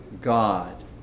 God